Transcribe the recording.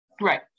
Right